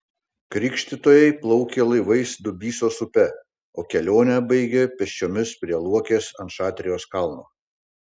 krikštytojai plaukė laivais dubysos upe o kelionę baigė pėsčiomis prie luokės ant šatrijos kalno